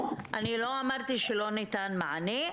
אני לא אמרתי שלא ניתן מענה.